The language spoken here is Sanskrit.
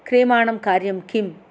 क्रियमाणं कार्यं किं